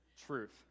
truth